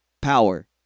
power